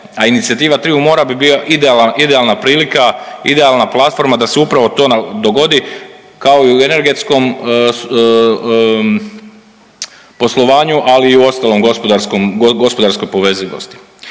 a Inicijativa triju mora bi bila idealna prilika, idealna platforma da se upravo to dogodi kao i u energetskom poslovanju, ali i u ostalom gospodarskom, gospodarskoj